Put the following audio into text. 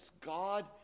God